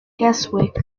keswick